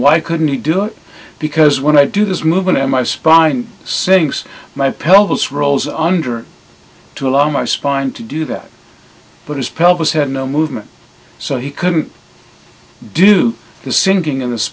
why couldn't he do it because when i do this movement in my spine sayings my pelvis rolls under to allow my spine to do that but his pelvis had no movement so he couldn't do the sinking of th